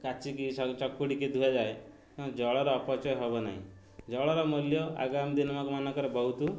କାଚିକି ଚକୁଡ଼ିକି ଧୁଆଯାଏ ଜଳର ଅପଚୟ ହବ ନାହିଁ ଜଳର ମୂଲ୍ୟ ଆଗାମୀ ଦିନ ମାନଙ୍କରେ ବହୁତ